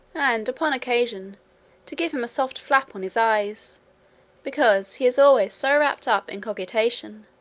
and upon occasion to give him a soft flap on his eyes because he is always so wrapped up in cogitation,